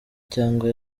cyangwa